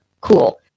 cool